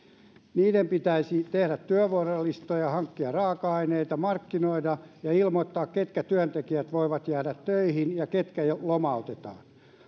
niiden pitäisi tehdä työvuorolistoja hankkia raaka aineita markkinoida ja ilmoittaa ketkä työntekijät voivat jäädä töihin ja ketkä lomautetaan